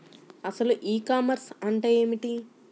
అసలు ఈ కామర్స్ అంటే ఏమిటి?